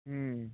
হুম